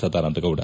Sadananda Gowda